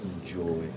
enjoy